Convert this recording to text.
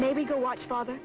maybe go watch father